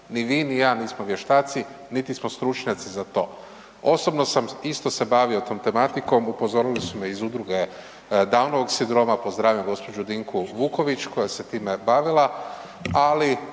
Ni vi ni ja nismo vještaci niti smo stručnjaci za to. Osobno sam se isto bavio tom tematikom, upozorili su me iz Udruge Downovog sindroma, pozdravljam gospođu Dinku Vuković koja se time bavila, ali